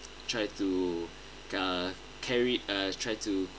try to uh carry uh try to